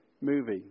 movie